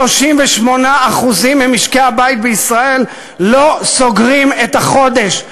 38% ממשקי-הבית בישראל לא סוגרים את החודש,